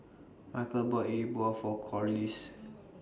Michal bought Yi Bua For Corliss